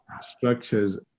structures